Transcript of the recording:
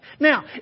Now